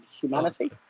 humanity